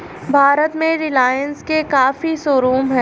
भारत में रिलाइन्स के काफी शोरूम हैं